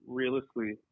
realistically